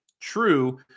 True